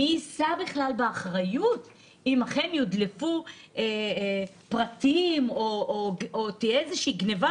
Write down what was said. מי יישא בכלל באחריות אם אכן יודלפו פרטים או תהיה איזושהי גניבה?